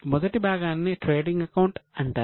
మొదట నగదు అంటారు